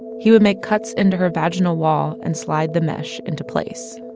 he would make cuts into her vaginal wall and slide the mesh into place.